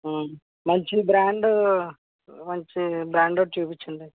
మంచి బ్రాండ్ మంచి బ్రాండెడ్ చూపించ్చండి